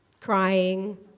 crying